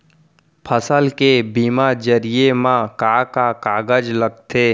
फसल के बीमा जरिए मा का का कागज लगथे?